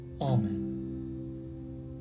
Amen